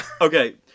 Okay